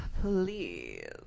please